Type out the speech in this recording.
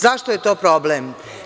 Zašto je to problem?